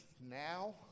now